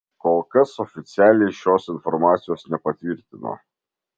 kol kas oficialiai šios informacijos nepatvirtino